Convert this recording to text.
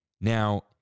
Now